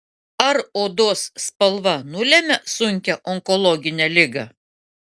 ar odos spalva nulemia sunkią onkologinę ligą